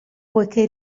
poiché